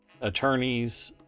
attorneys